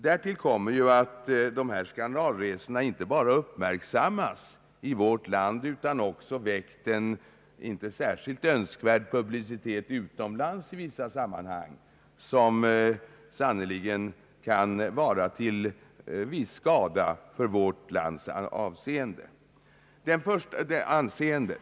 Därtill kommer att dessa skandalresor uppmärksammats inte bara i vårt land utan också väckt en inte särskilt önskvärd publicitet utomlands i vissa sammanhang, vilket sannerligen kan vara till viss skada för vårt lands anseende.